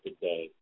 today